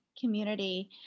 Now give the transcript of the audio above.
community